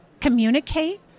communicate